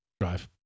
Drive